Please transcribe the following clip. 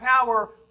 power